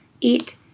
eat